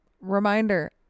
Reminder